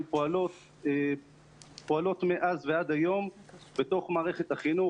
פועלות מאז ועד היום בתוך מערכת החינוך,